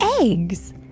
eggs